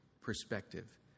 perspective